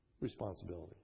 responsibility